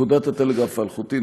פקודת הטלגרף האלחוטי ,